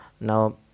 Now